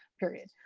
period.